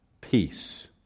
peace